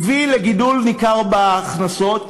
הביאו לגידול ניכר בהכנסות,